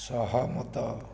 ସହମତ